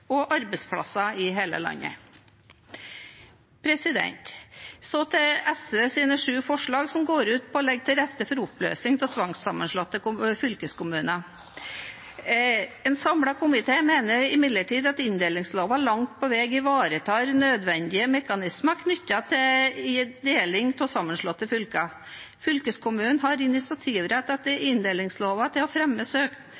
og arbeidsplasser i hele landet. Så til SVs sju forslag, som går ut på å legge til rette for oppløsning av tvangssammenslåtte fylkeskommuner. En samlet komité mener imidlertid at inndelingsloven langt på vei ivaretar nødvendige mekanismer knyttet til deling av sammenslåtte fylker. Fylkeskommunen har initiativrett